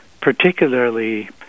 particularly